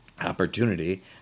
opportunity